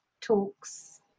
talks